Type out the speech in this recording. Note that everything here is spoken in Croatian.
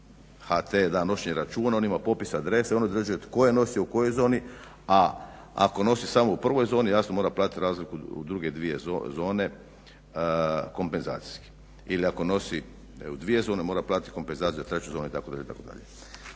HT da noćni račun on ima popis adresa i on određuje tko je nosio u kojoj zoni, a ako nosi samo u prvoj zoni mora platiti jasno razliku druge dvije zone kompenzacijski ili ako nosi u dvije zone mora platiti kompenzaciju treću zone itd. Ali dobro to je